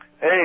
Hey